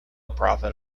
profit